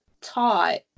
taught